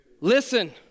listen